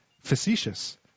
facetious